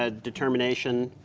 ah determination,